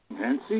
Nancy